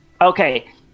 Okay